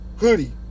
Hoodie